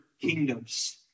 kingdoms